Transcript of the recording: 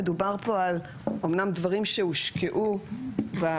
מדובר פה על אמנם דברים שהושקעו בקידום,